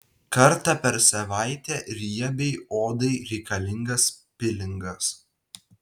kartą per savaitę riebiai odai reikalingas pilingas